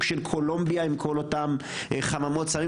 של קולומביה עם כל אותם חממות סמים.